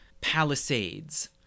palisades